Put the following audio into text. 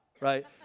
right